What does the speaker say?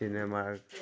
চিনেমাৰ